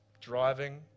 driving